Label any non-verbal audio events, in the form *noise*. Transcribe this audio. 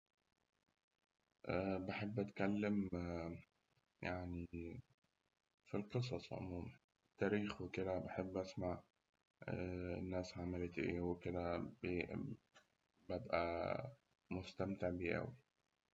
*hesitation* بحب أتكلم يعني *hesitation* في القصص عموماً، تاريخ وكده، بحب أسمع الناس عملت إيه وكده *hesitation* ببقى مستمتع بيه أوي.